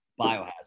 Biohazard